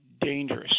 dangerous